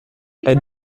est